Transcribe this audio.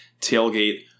tailgate